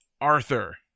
Arthur